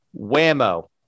whammo